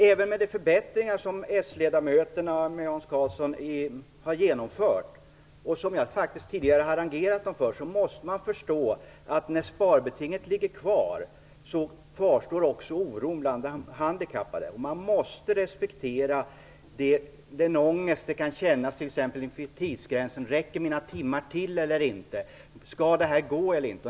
Även med de förbättringar som s-ledamöterna med Hans Karlsson har genomfört, och som jag faktiskt tidigare har harangerat dem för, måste man förstå att när sparbetinget ligger kvar kvarstår också oron bland de handikappade. Man måste respektera den ångest de kan känna inför tidsgränsen: Räcker mina timmar till eller inte? Skall det här gå eller inte?